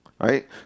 Right